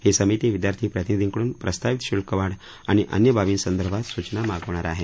ही समिती विद्यार्थी प्रतिनिधींकडून प्रस्तावित शुल्क वाढ आणि अन्य बाबींसंदर्भात सूचना मागवणार आहे